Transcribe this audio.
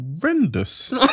Horrendous